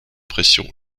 pression